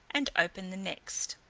and opened the next.